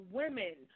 women